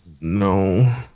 No